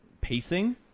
pacing